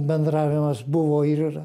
bendravimas buvo ir yra